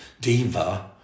diva